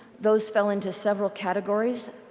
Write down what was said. those fell into several categories.